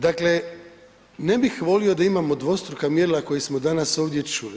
Dakle, ne bih volio da imamo dvostruka mjerila koje smo danas ovdje čuli.